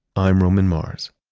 i'm roman mars